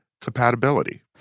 compatibility